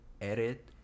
edit